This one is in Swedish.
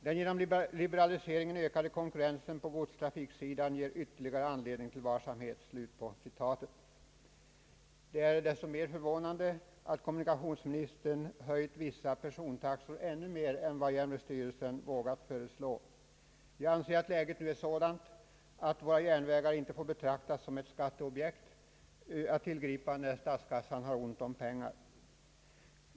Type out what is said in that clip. Den genom liberaliseringen ökade konkurrensen på godstrafiksidan ger ytterligare anledning till varsamhet.» Det är mot denna bakgrund desto mer förvånande att kommunikationsministern höjt vissa persontaxor mer än vad järnvägsstyrelsen vågat föreslå. Jag anser att läget nu är sådant, att våra järnvägar inte får betraktas som ett skatteobjekt att tillgripa när statskassan har ont om pengar.